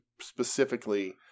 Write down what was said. specifically